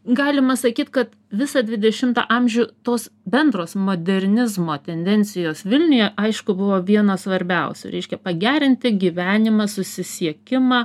galima sakyt kad visą dvidešimtą amžių tos bendros modernizmo tendencijos vilniuje aišku buvo vienos svarbiausių reiškia pagerinti gyvenimą susisiekimą